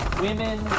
women